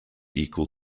equal